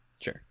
Sure